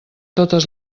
totes